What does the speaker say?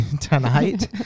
tonight